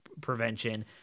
prevention